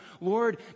Lord